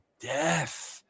death